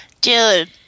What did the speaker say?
dude